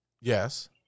Yes